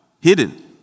Hidden